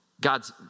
God's